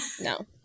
No